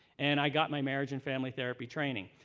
and i got my marriage and family therapy training.